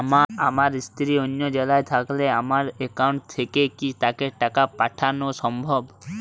আমার স্ত্রী অন্য জেলায় থাকলে আমার অ্যাকাউন্ট থেকে কি তাকে টাকা পাঠানো সম্ভব?